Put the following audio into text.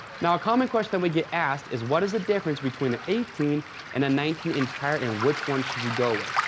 now, a common question that we get asked is what is the difference between an eighteen and a nineteen inch tire, and which one should you go with?